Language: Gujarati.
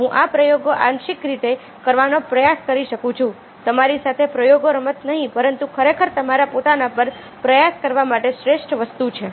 હું આ પ્રયોગો આંશિક રીતે કરવાનો પ્રયાસ કરી શકું છું તમારી સાથે પ્રયોગો રમતો નહીં પરંતુ ખરેખર તમારા પોતાના પર પ્રયાસ કરવા માટે શ્રેષ્ઠ વસ્તુ છે